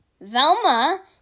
Velma